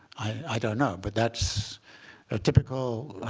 i don't know. but that's a typical